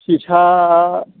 सेसा